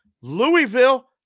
Louisville